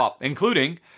including